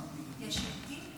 יש יירוטים?